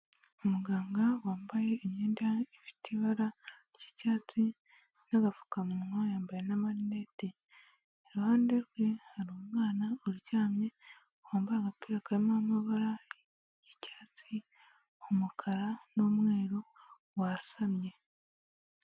Umuganga wambaye imyenda ifite ibara ry'icyatsi n'agapfukamunwa, yambaye n'amarinete, iruhande rwe hari umwana uryamye wambaye agapira karimo amabara y'icyatsi, umukara n'umweru wasamye.